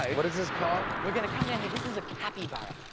what is this called? we're going to come down here. this is a capybara.